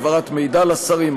העברת מידע לשרים,